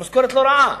זו משכורת לא רעה,